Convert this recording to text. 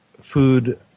food